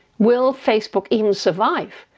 will facebook even survive?